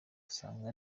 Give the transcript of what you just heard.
usanga